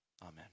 Amen